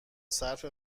صرف